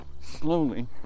slowly